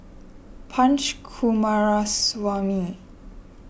Punch Coomaraswamy